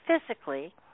physically